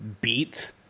beat